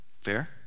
fair